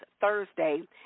Thursday